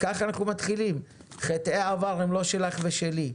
ככה אנחנו מתחילים, חטאי העבר הם לא שלך ושלי,